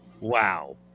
Wow